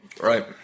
Right